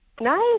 Nice